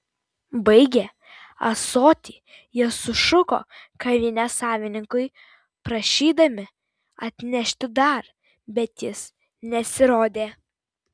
baigę ąsotį jie sušuko kavinės savininkui prašydami atnešti dar bet jis nesirodė